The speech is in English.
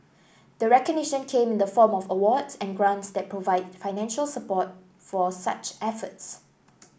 the recognition came in the form of awards and grants that provide financial support for such efforts